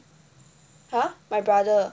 !huh! my brother